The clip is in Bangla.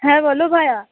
হ্যাঁ বলো ভায়া